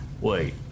Wait